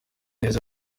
neza